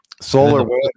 Solar